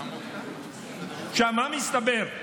עכשיו, מה מסתבר,